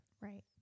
Right